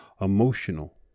emotional